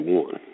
one